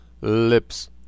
Lips